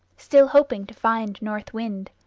still hoping to find north wind.